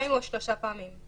פעמיים או שלוש פעמים.